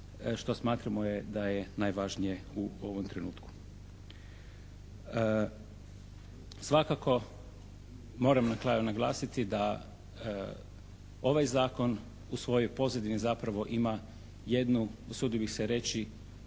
što smatramo da je najvažnije u ovom trenutku. Svakako, moram na kraju naglasiti da ovaj zakon u svojoj pozadini zapravo ima jednu usudio bih se reći